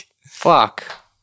fuck